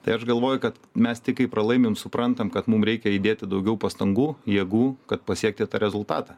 tai aš galvoju kad mesti tik kai pralaimim suprantam kad mum reikia įdėti daugiau pastangų jėgų kad pasiekti tą rezultatą